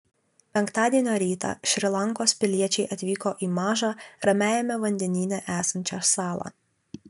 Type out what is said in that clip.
penktadienio rytą šri lankos piliečiai atvyko į mažą ramiajame vandenyne esančią salą